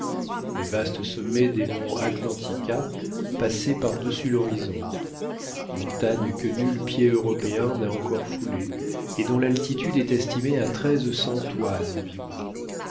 les vastes sommets des monts atlantika passaient par-dessus l'horizon montagnes que nul pied européen n'a encore foulées et dont l'altitude est estimée à treize cents toises environ